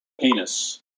penis